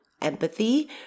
empathy